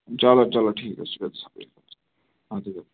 چلو چلو ٹھیٖک حظ چھُ